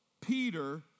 Peter